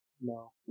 No